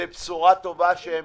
זה בשורה טובה שהם